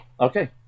Okay